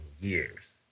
years